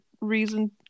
reason